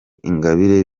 ingabire